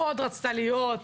רצתה מאוד להיות.